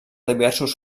diversos